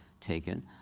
taken